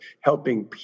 helping